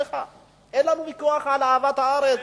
אין לנו ויכוח על אהבת הארץ.